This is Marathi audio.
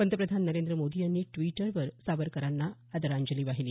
पंतप्रधान नरेंद्र मोदी यांनी ड्वीटरवर सावरकरांना श्रद्धांजली वाहिली